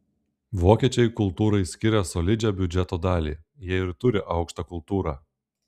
vokiečiai kultūrai skiria solidžią biudžeto dalį jie ir turi aukštą kultūrą